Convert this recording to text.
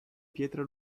pietra